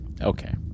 Okay